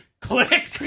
Click